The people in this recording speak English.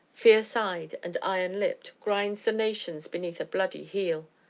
fierce-eyed, and iron-lipped, grinds the nations beneath a bloody heel.